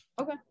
okay